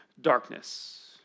darkness